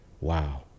Wow